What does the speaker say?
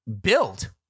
build